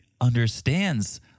understands